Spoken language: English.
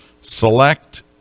select